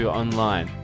online